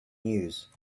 news